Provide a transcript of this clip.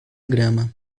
grama